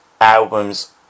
albums